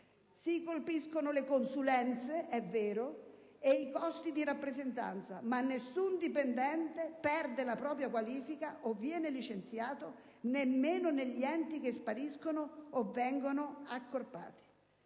Si colpiscono le consulenze, è vero, e i costi di rappresentanza, ma nessun dipendente perde la propria qualifica o viene licenziato, nemmeno negli enti che spariscono o sono accorpati.